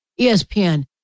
ESPN